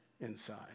inside